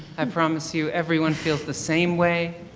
um promise you everyone feels the same way.